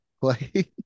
play